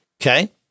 Okay